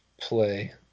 play